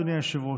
אדוני היושב-ראש.